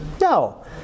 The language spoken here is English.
No